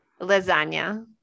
lasagna